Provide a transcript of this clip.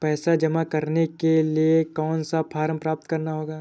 पैसा जमा करने के लिए कौन सा फॉर्म प्राप्त करना होगा?